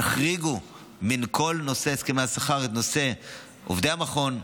תחריגו מכל נושא הסכמי השכר את נושא עובדי המכון,